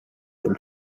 del